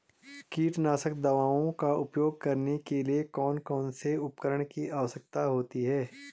कीटनाशक दवाओं का उपयोग करने के लिए कौन कौन से उपकरणों की आवश्यकता होती है?